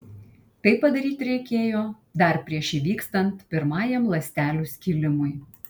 tai padaryti reikėjo dar prieš įvykstant pirmajam ląstelių skilimui